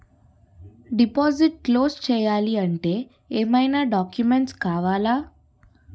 Deposit close చేయాలి అంటే ఏమైనా డాక్యుమెంట్స్ కావాలా?